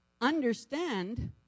understand